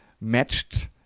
matched